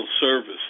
service